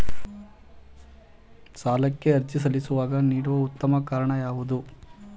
ಸಾಲಕ್ಕೆ ಅರ್ಜಿ ಸಲ್ಲಿಸುವಾಗ ನೀಡಲು ಉತ್ತಮ ಕಾರಣ ಯಾವುದು?